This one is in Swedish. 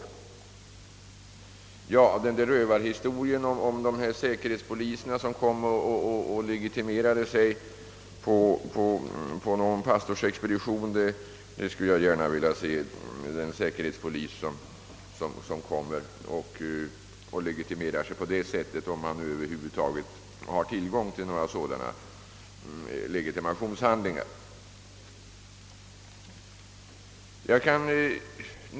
När det gäller rövarhistorien om de säkerhetspoliser, som skulle ha legitimerat sig som sådana på en pastorsexpedition, vill jag bara säga att jag gärna skulle vilja se den säkerhetspolis, som legitimerade sig på detta sätt — om han nu över huvud taget har tillgång till några sådana legitimationshandlingar.